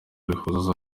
rihuza